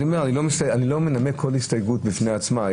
אני אומר, אני לא מנמק כל הסתייגות בפני עצמה.